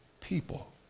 people